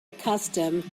accustomed